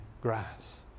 grass